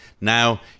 now